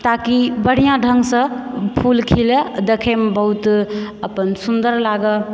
ताकि बढ़िऑं ढङ्गसँ फूल खिलै दखैमे बहुत अपन सुन्दर लागऽ